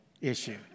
issue